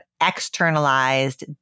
externalized